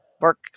work